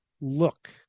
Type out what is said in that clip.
look